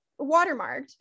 watermarked